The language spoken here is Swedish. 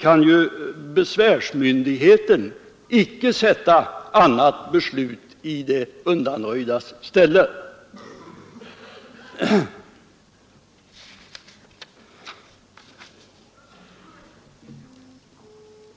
kan besvärsmyndigheten icke sätta annat beslut i det undanröjdas ställe.